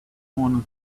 wanted